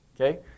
Okay